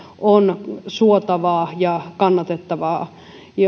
on suotavaa ja kannatettavaa